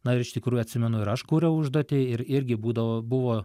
na ir iš tikrųjų atsimenu ir aš kūriau užduotį ir irgi būdavo buvo